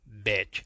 Bitch